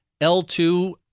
L2